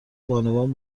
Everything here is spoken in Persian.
بانوان